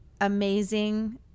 amazing